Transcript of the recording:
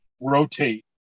rotate